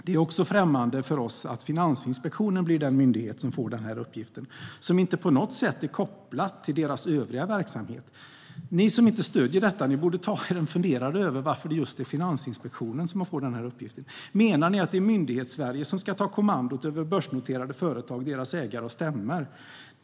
Det är också främmande för oss att Finansinspektionen blir den myndighet som får uppgiften, som inte på något sätt är kopplad till deras övriga verksamhet. Ni som inte stöder detta borde ta er en funderare över varför just Finansinspektionen ska få den här uppgiften. Menar ni att det är Myndighetssverige som ska ta kommandot över börsnoterade företag, deras ägare och stämmor?